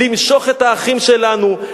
למשוך את האחים שלנו,